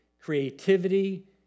creativity